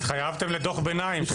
התחייבתם לדוח ביניים.